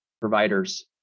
providers